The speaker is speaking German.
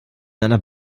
einer